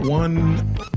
One